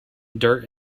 dirt